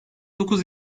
dokuz